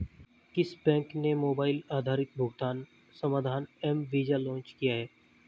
किस बैंक ने मोबाइल आधारित भुगतान समाधान एम वीज़ा लॉन्च किया है?